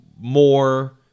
more